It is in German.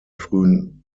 frühen